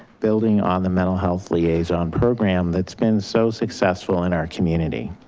building on the mental health liaison program that's been so successful in our community.